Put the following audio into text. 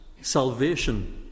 salvation